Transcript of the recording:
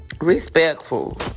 respectful